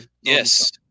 Yes